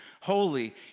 Holy